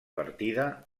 partida